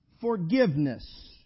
forgiveness